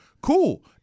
cool